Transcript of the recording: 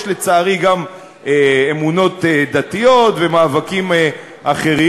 יש, לצערי, גם אמונות דתיות ומאבקים אחרים.